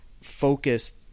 focused